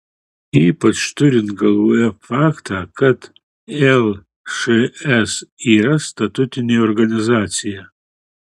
ypač turint galvoje faktą kad lšs yra statutinė organizacija